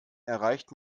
erreicht